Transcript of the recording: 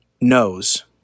knows